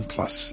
Plus